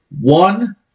One